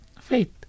faith